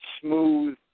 smooth